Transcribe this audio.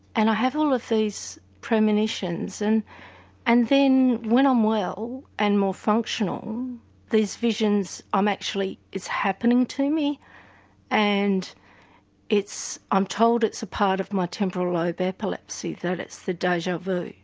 and i have all of these premonitions and and then, when i'm well, and more functional these visions i'm actually it's happening to me and i'm told it's a part of my temporal lobe epilepsy that it's the deja vu.